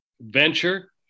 venture